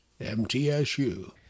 MTSU